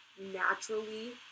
naturally